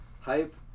hype